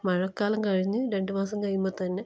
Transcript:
മഴക്കാലം കഴിഞ്ഞ് രണ്ട് മാസം കഴിയുമ്പോൾത്തന്നെ